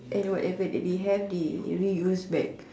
and whatever that they have they only use back